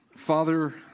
Father